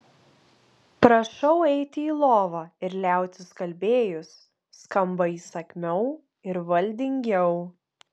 prašau eiti į lovą ir liautis kalbėjus skamba įsakmiau ir valdingiau